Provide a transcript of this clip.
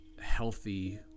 healthy